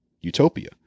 utopia